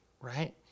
right